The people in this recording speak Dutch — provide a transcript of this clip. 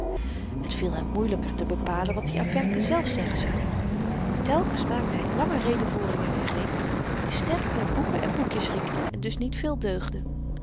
het viel hem moeielyker te bepalen wat i aan femke zelf zeggen zou telkens maakte hy lange redevoeringen gereed die sterk naar boeken en boekjes riekten en dus niet veel deugden